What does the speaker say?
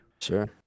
Sure